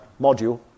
module